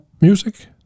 music